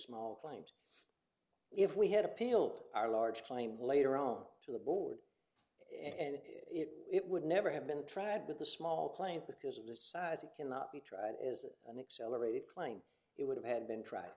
small claims if we had appealed our large claim later on to the board and it would never have been tried but the small claims because of the size it cannot be tried as an accelerated claim it would have had been tr